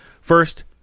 First